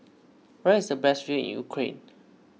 where is the best view in Ukraine